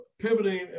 pivoting